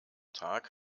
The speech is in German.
tag